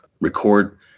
record